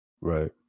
Right